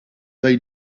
they